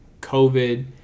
COVID